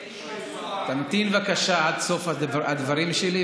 תמתין בבקשה עד סוף הדברים שלי.